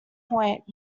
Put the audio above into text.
points